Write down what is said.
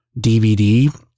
DVD